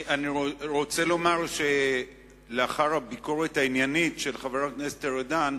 אני רוצה לומר שלאחר הביקורת העניינית של חבר הכנסת ארדן,